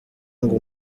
ngo